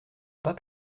pas